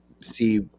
see